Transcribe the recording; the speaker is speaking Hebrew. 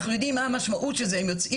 אנחנו יודעים מה המשמעות של זה הם יוצאים